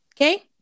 Okay